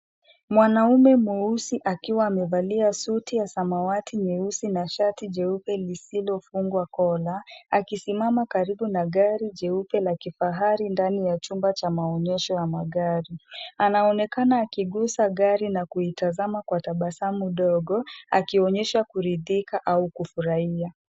Mwanaumke mweusi akiwa amevalia suti ya samawati nyeusi na shati jeupe lisilofungwa kola, akisimama karibu na gari jeupe la kifahari ndani ya chumba cha maonyesho ya magari. Anaonekana akigusa gari na kuitazama kwa tabasamu ndogo, akionyesha kuridhika au kufurahia.